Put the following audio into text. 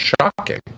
shocking